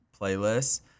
playlists